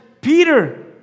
Peter